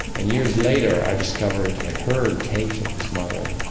and years later i discovered, i heard tapes of his mother.